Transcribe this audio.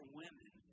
women